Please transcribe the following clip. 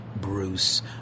Bruce